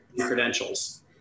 credentials